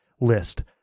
list